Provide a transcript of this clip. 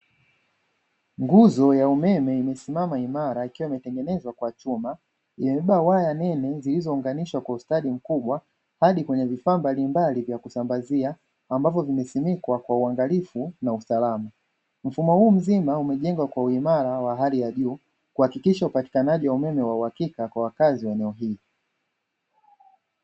Mfumo wa waya ikiwa imetengenezwa kwa chuma, imebeba waya nene zilizounganishwa kwa mfumo mkubwa hadi kwenye vifaa mbalimbali vya kusambazia ambavyo vimesimikwa kwa uangalifu na usalama. Mfumo huu mzima umejengwa kwa uimara wa hali ya juu, kuhakikisha upatikanaji wa umeme wa uhakika kwa wakazi wa eneo hili."